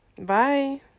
bye